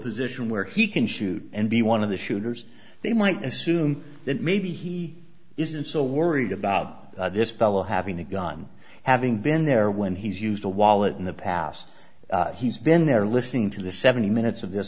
position where he can shoot and be one of the shooters they might assume that maybe he isn't so worried about this fellow having a gun having been there when he's used a wallet in the past he's been there listening to the seventy minutes of this